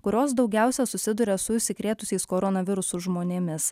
kurios daugiausia susiduria su užsikrėtusiais koronavirusu žmonėmis